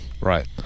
Right